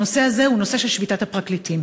הנושא הזה הוא שביתת הפרקליטים.